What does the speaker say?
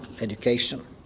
education